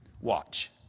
Watch